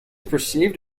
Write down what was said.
perceived